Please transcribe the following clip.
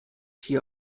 hier